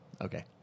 Okay